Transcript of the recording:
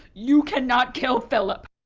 you can not kill philip.